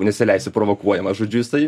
nesileisiu provokuojamas žodžiu jisai